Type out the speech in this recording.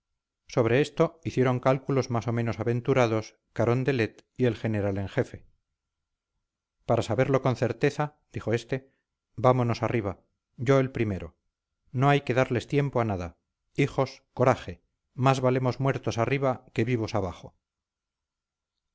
sobre esto hicieron cálculos más o menos aventurados carondelet y el general en jefe para saberlo con certeza dijo este vámonos arriba yo el primero no hay que darles tiempo a nada hijos coraje más valemos muertos arriba que vivos abajo